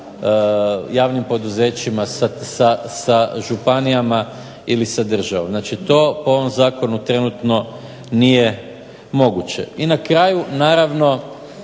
javnim poduzećima, sa županijama ili sa državom. Znači to po ovom zakonu trenutno nije moguće. I na kraju naravno,